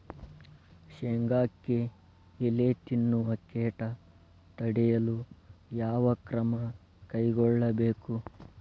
ಶೇಂಗಾಕ್ಕೆ ಎಲೆ ತಿನ್ನುವ ಕೇಟ ತಡೆಯಲು ಯಾವ ಕ್ರಮ ಕೈಗೊಳ್ಳಬೇಕು?